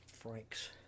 Frank's